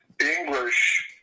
English